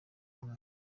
mwaka